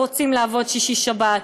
ורוצים לעבוד שישי-שבת,